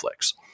Netflix